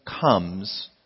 comes